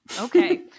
Okay